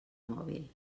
mòbil